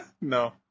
No